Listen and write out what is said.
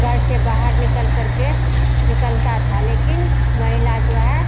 घर से बाहर निकलकर के निकलता था लेकिन महिला जो है